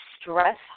stress